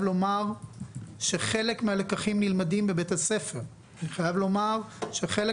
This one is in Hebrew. לומר שחלק מהלקחים נלמדים בבית הספר; אני חייב לומר שחלק